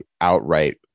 outright